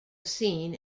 seen